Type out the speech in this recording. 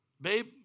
babe